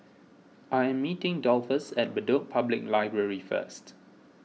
I am meeting Dolphus at Bedok Public Library first